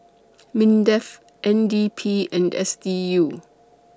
Mindef N D P and S D U